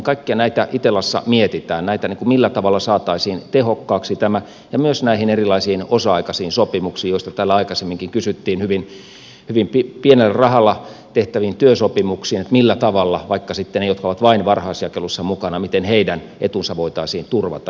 kaikkia näitä itellassa mietitään näitä millä tavalla saataisiin tehokkaaksi tämä ja myös näitä erilaisia osa aikaisia sopimuksia joista täällä aikaisemminkin kysyttiin hyvin pienellä rahalla tehtäviä työsopimuksia millä tavalla vaikka sitten niiden jotka ovat vain varhaisjakelussa mukana etu voitaisiin turvata